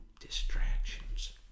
distractions